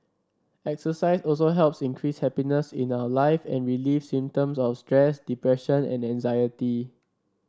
exercise also helps increase happiness in our life and relieve symptoms of stress depression and anxiety